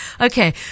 okay